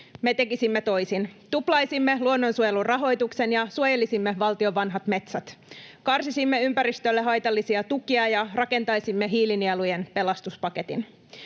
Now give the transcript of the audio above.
Me tekisimme toisin. Tuplaisimme luonnonsuojelun rahoituksen ja suojelisimme valtion vanhat metsät. Karsisimme ympäristölle haitallisia tukia ja rakentaisimme hiilinielujen pelastuspaketin.